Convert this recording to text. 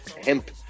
hemp